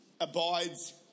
abides